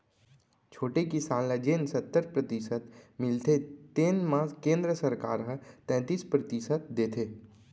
छोटे किसान ल जेन सत्तर परतिसत मिलथे तेन म केंद्र सरकार ह तैतीस परतिसत देथे